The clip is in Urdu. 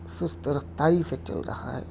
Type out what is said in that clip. سست رفتاری سے چل رہا ہے